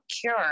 cure